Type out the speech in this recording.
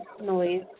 noise